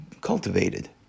cultivated